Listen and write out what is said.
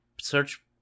search